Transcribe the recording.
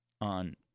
on